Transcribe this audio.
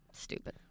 Stupid